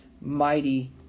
mighty